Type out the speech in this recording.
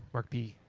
mark b.